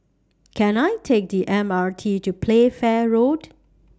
Can I Take The M R T to Playfair Road